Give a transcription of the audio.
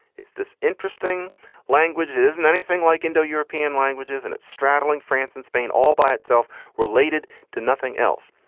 it's this interesting language isn't anything like indo european languages, and it's straddling france and spain all by itself related to nothing else.